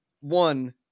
one